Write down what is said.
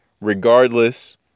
regardless